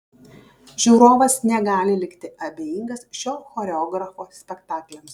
žiūrovas negali likti abejingas šio choreografo spektakliams